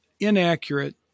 inaccurate